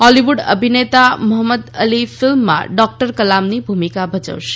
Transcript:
Hollywood અભિનેતા Muhammad Ali ફિલ્મમાં doctor કલામની ભુમિકા ભજવશે